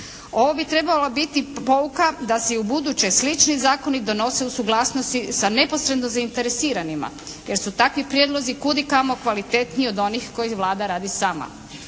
Ovo bi trebala biti pouka da se i ubuduće slični zakoni donose u suglasnosti sa neposredno zainteresiranima, jer su takvi prijedlozi kudikamo kvalitetniji od onih koje Vlada radi sama.